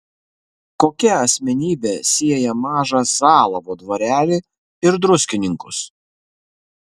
kokia asmenybė sieja mažą zalavo dvarelį ir druskininkus